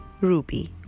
Ruby